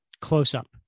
close-up